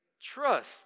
trust